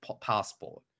passport